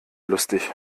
lustig